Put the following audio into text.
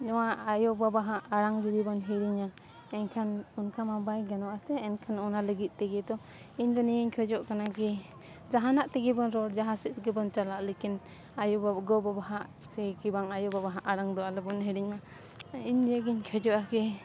ᱱᱚᱣᱟ ᱟᱭᱳ ᱵᱟᱵᱟᱣᱟᱜ ᱟᱲᱟᱝ ᱡᱩᱫᱤᱵᱚᱱ ᱦᱤᱲᱤᱧᱟ ᱮᱱᱠᱷᱟᱱ ᱚᱱᱠᱟᱢᱟ ᱵᱟᱭ ᱜᱟᱱᱚᱜᱼᱟ ᱥᱮ ᱮᱱᱠᱷᱟᱱ ᱚᱱᱟ ᱞᱟᱹᱜᱤᱫ ᱛᱮᱜᱮ ᱛᱚ ᱤᱧᱫᱚ ᱱᱤᱭᱟᱹᱧ ᱠᱷᱚᱡᱚᱜ ᱠᱟᱱᱟ ᱠᱤ ᱡᱟᱦᱟᱱᱟᱜ ᱛᱮᱜᱮᱵᱚᱱ ᱨᱚᱲ ᱡᱟᱦᱟᱸ ᱥᱮᱫ ᱛᱮᱜᱮᱵᱚᱱ ᱪᱟᱞᱟᱜ ᱞᱮᱠᱤᱱ ᱟᱭᱳᱼᱵᱟᱵᱟ ᱜᱚᱼᱵᱟᱵᱟᱣᱟᱜ ᱥᱮ ᱵᱟᱝ ᱟᱭᱳ ᱵᱟᱵᱟ ᱟᱲᱟᱝ ᱫᱚ ᱟᱞᱚᱵᱚᱱ ᱦᱤᱲᱤᱧᱢᱟ ᱤᱧ ᱱᱤᱭᱟᱹᱜᱤᱧ ᱠᱷᱚᱡᱚᱜᱼᱟ ᱠᱤ